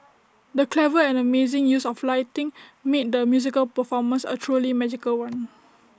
the clever and amazing use of lighting made the musical performance A truly magical one